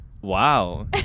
wow